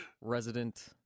resident